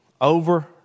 over